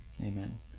Amen